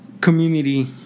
community